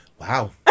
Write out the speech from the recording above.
wow